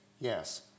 Yes